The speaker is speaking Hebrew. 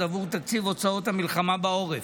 הם בעבור תקציב הוצאות המלחמה בעורף,